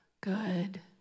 Good